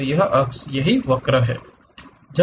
तो यह अक्ष है यही वक्र है